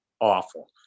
awful